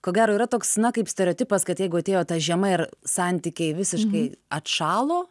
ko gero yra toks na kaip stereotipas kad jeigu atėjo ta žiema ir santykiai visiškai atšalo